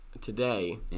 today